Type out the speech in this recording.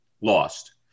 lost